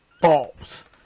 false